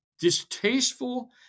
Distasteful